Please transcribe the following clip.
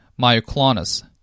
myoclonus